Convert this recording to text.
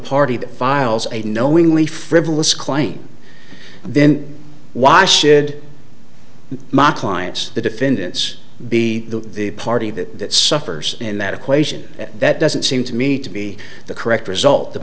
party that files a knowingly frivolous claim then why should i mark clients the defendants be the party that suffers in that equation that doesn't seem to me to be the correct result the